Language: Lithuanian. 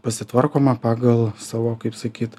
pasitvarkoma pagal savo kaip sakyt